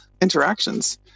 interactions